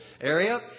area